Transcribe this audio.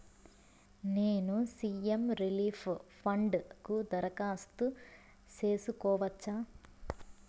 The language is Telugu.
నేను సి.ఎం రిలీఫ్ ఫండ్ కు దరఖాస్తు సేసుకోవచ్చా?